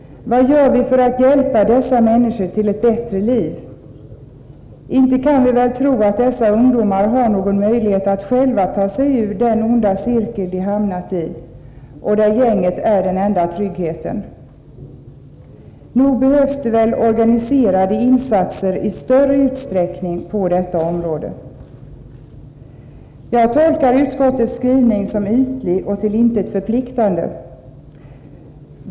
Vad gör vi för att hjälpa dessa människor till ett bättre liv? Inte kan vi väl tro att dessa ungdomar har någon möjlighet att själva ta sig ur den onda cirkel de har hamnat i, där gänget är den enda tryggheten? Nog behövs det organiserade insatser i större utsträckning på detta område. Jag betecknar utskottets skrivning som ytlig och till intet förpliktande.